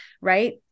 Right